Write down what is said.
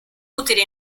utile